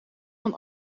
van